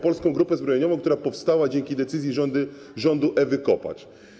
Polską Grupę Zbrojeniową, która powstała dzięki decyzji rządu Ewy Kopacz.